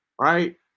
right